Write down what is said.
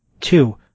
Two